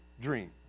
dream